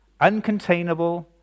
uncontainable